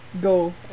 go